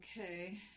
Okay